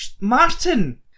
Martin